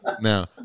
Now